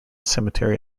cemetery